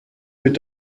mit